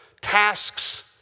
tasks